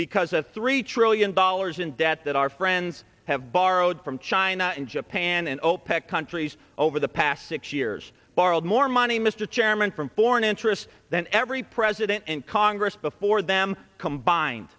because a three trillion dollars in debt that our friends have borrowed from china and ship hannon opec countries over the past six years borrowed more money mr chairman from foreign interests than every president and congress before them combined